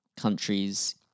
countries